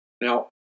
Now